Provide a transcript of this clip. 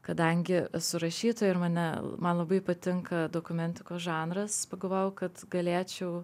kadangi esu rašytoja ir mane man labai patinka dokumentikos žanras pagalvojau kad galėčiau